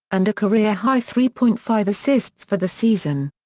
and a career-high three point five assists for the season.